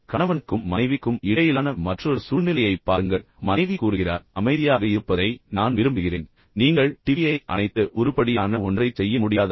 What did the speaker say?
கணவனுக்கும் மனைவிக்கும் இடையிலான மற்றொரு சூழ்நிலையைப் பாருங்கள் மனைவி கணவனிடம் கூறுகிறார் அமைதியாக இருப்பதை நான் விரும்புகிறேன் நீங்கள் டிவியை அணைத்து உருப்படியான ஒன்றைச் செய்ய முடியாதா